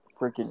freaking